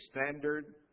standard